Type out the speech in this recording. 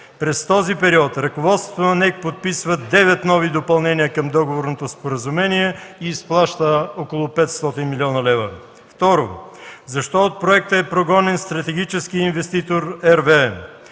През този период ръководството на НЕК подписва девет нови допълнения към договорното споразумение и изплаща около 500 млн. лв. Второ, защо от проекта е прогонен стратегическият инвеститор RWE.